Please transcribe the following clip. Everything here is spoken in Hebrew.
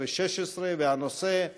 והנושא: